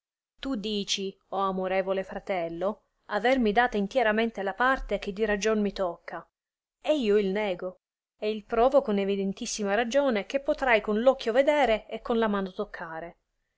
tu dici o amorevole fratello avermi data intieramente la parte che di ragion mi tocca e io il nego e il provo con evidentissima ragione che potrai con r occhio vedere e con la mano toccare